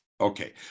Okay